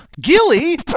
Gilly